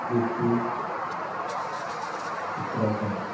UP Uttarakhand